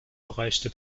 erreichte